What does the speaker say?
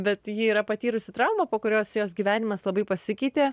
bet ji yra patyrusi traumą po kurios jos gyvenimas labai pasikeitė